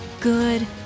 good